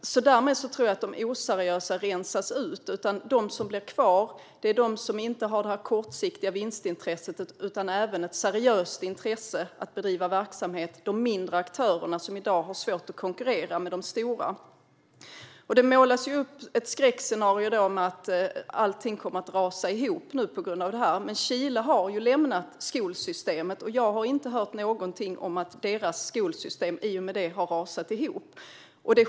Därmed tror jag att de oseriösa rensas ut. De som blir kvar är de som inte har detta kortsiktiga vinstintresse utan även ett seriöst intresse av att bedriva verksamhet. Det handlar om de mindre aktörerna, som i dag har svårt att konkurrera med de stora. Det målas upp ett skräckscenario om att allting kommer att rasa ihop på grund av detta. Men Chile har ju lämnat sitt skolsystem, och jag har inte hört något om att deras skolsystem i och med detta skulle ha rasat ihop.